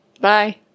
Bye